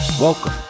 Welcome